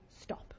stop